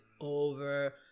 over